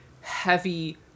heavy